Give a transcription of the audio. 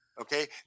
Okay